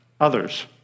others